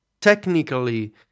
technically